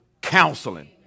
counseling